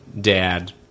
dad